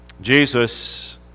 Jesus